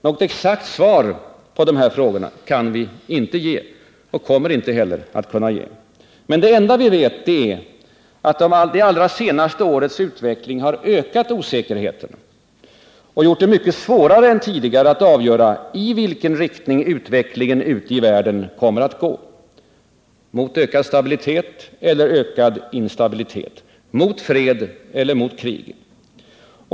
"Något exakt svar på dessa frågor kan vi inte ge och kommer inte heller att kunna ge. Det enda vi vet är att det allra senaste årets utveckling har ökat osäkerheten och gjort det mycket svårare än tidigare att avgöra i vilken riktning utvecklingen i världen kommer att gå - mot ökad stabilitet eller ökad instabilitet, mot fred eller mot krig.